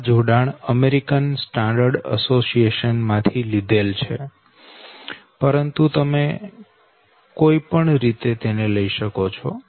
આ જોડાણ American standard association માંથી લીધેલ છે પરંતુ તમે કોઈ પણ રીતે લઈ શકો છો